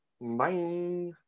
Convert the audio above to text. Bye